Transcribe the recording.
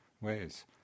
ways